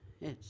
Yes